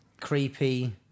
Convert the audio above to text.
Creepy